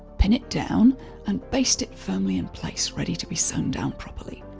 pin it down and baste it firmly in place, ready to be sewn down properly.